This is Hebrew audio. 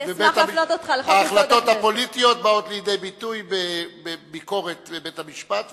וההחלטות הפוליטיות באות לידי ביטוי בביקורת בית-המשפט,